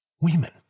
women